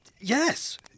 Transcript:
Yes